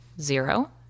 Zero